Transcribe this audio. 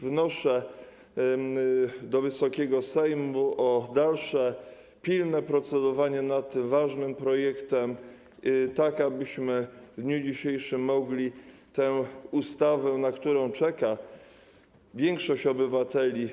Wnoszę do Wysokiego Sejmu o dalsze pilne procedowanie nad tym ważnym projektem, tak abyśmy mogli w dniu dzisiejszym przyjąć tę ustawę, na którą czeka większość obywateli.